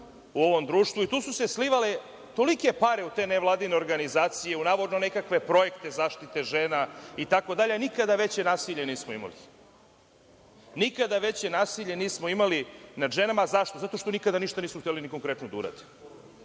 u ovom društvu i tu su se slivale tolike pare u te nevladine organizacije u navodno nekakve projekte zaštite žena itd, a nikada veće nasilje nismo imali. Nikada veće nasilje nismo imali nad ženama. Zašto? Zato što nikada ništa nisu hteli ni konkretno da urade. Ovo